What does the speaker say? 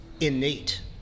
innate